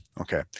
Okay